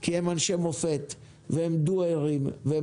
כי הם אנשי מופת והם אנשי עשייה והם